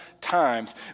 times